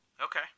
Okay